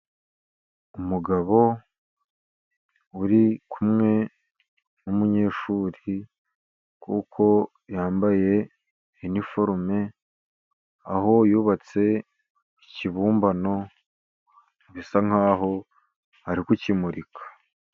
Umugabo uri kumwe n' umunyeshuri, kuko yambaye iniforume aho yubatse ikibumbano gisa nkaho ari kukimurika.